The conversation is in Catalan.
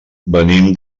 venim